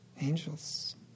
Angels